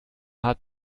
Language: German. hat